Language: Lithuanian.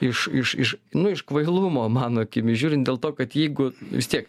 iš iš iš nu iš kvailumo mano akimis žiūrint dėl to kad jeigu vis tiek